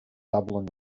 dublin